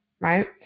right